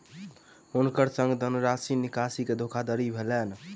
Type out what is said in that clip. हुनकर संग धनराशि निकासी के धोखादड़ी भेलैन